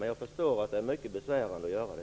Men jag förstår att det är mycket besvärande att göra det.